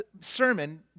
sermon